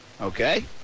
Okay